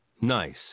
nice